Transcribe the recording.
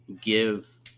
give